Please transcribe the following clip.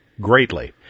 greatly